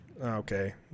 okay